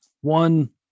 One